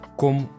como